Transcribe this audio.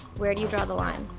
where do you draw the line?